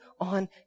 on